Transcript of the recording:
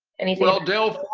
anything? well, dale forth,